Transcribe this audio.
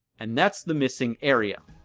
and that's the missing area.